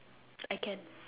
I can